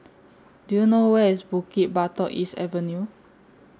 Do YOU know Where IS Bukit Batok East Avenue